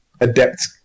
adept